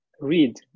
read